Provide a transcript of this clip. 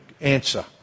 answer